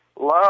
love